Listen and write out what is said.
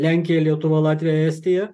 lenkija lietuva latvija estija